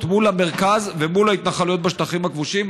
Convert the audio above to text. מול המרכז ומול ההתנחלויות בשטחים הכבושים.